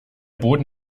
boden